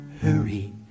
hurry